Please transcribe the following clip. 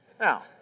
Now